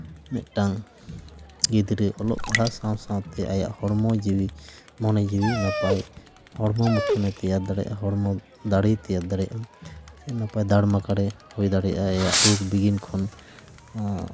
ᱢᱤᱫᱴᱟᱝ ᱜᱤᱫᱽᱨᱟᱹ ᱚᱞᱚᱜ ᱯᱟᱲᱦᱟᱜ ᱥᱟᱶ ᱥᱟᱶᱛᱮ ᱟᱭᱟᱜ ᱦᱚᱲᱢᱚ ᱡᱤᱣᱤ ᱢᱚᱱᱮ ᱡᱤᱣᱤ ᱱᱟᱯᱟᱭ ᱦᱚᱲᱢᱚ ᱢᱩᱴᱷᱟᱹᱱᱮ ᱛᱮᱭᱟᱨ ᱫᱟᱲᱮᱭᱟᱜᱼᱟ ᱦᱚᱲᱢᱚ ᱫᱟᱲᱮ ᱛᱮᱭᱟᱨ ᱫᱟᱲᱮᱭᱟᱜᱼᱟ ᱥᱮ ᱱᱟᱯᱟᱭ ᱫᱟᱲ ᱢᱟᱠᱟᱲ ᱮ ᱦᱩᱭ ᱫᱟᱲᱮᱭᱟᱜᱼᱟ ᱟᱭᱟᱜ ᱨᱳᱜᱽ ᱵᱤᱜᱷᱤᱱ ᱠᱷᱚᱱ